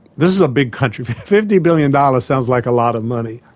this is a big country. fifty billion dollars sounds like a lot of money,